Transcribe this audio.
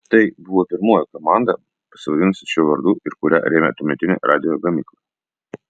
tai buvo pirmoji komanda pasivadinusi šiuo vardu ir kurią rėmė tuometinė radijo gamykla